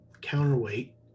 Counterweight